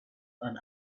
and